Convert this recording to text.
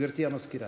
גברתי המזכירה.